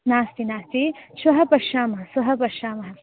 नास्ति नास्ति श्वः पश्यामः श्वः पश्यामः